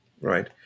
right